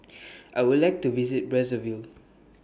I Would like to visit Brazzaville